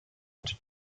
into